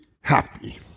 happy